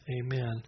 Amen